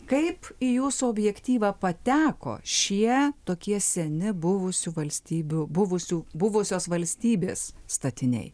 kaip į jūsų objektyvą pateko šie tokie seni buvusių valstybių buvusių buvusios valstybės statiniai